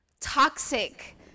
toxic